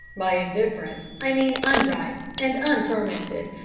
by indifferent i mean unripe and unfermented.